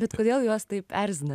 bet kodėl juos taip erzina